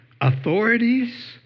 authorities